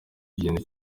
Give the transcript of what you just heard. ikintu